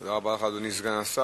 תודה רבה לך, אדוני סגן השר.